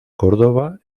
córdoba